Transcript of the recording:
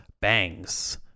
bangs